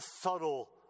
subtle